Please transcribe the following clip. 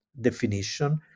definition